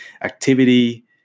Activity